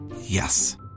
Yes